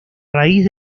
raíz